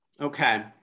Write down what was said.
Okay